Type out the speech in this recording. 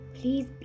Please